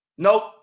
Nope